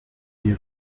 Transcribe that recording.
die